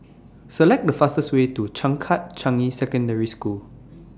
Select The fastest Way to Changkat Changi Secondary School